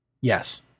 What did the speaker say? Yes